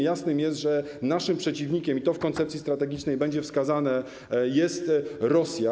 Jasne jest, że naszym przeciwnikiem, i to w koncepcji strategicznej będzie wskazane, jest Rosja.